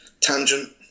tangent